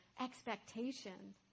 expectation